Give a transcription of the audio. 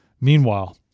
Meanwhile